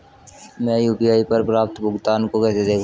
मैं यू.पी.आई पर प्राप्त भुगतान को कैसे देखूं?